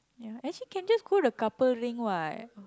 ya actually can just go the couple ring what